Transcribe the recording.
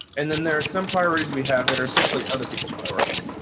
and then there are some priorities we have that are essentially other people's priorities.